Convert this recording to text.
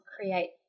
create